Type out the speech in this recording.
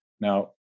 Now